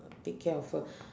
take care of her